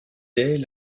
dès